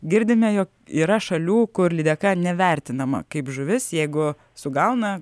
girdime jog yra šalių kur lydeka nevertinama kaip žuvis jeigu sugauna